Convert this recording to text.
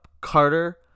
carter